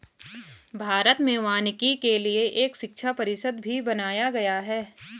भारत में वानिकी के लिए एक शिक्षा परिषद भी बनाया गया है